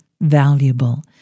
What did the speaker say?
valuable